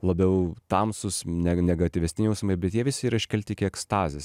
labiau tamsūs ne negatyvesni jausmai bet jie visi yra iškelti iki ekstazės